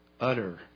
utter